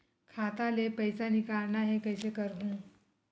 खाता ले पईसा निकालना हे, कइसे करहूं?